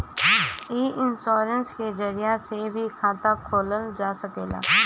इ इन्शोरेंश के जरिया से भी खाता खोलल जा सकेला